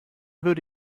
würde